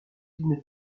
d’une